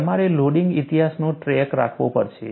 તમારે લોડિંગ ઇતિહાસનો ટ્રેક રાખવો પડશે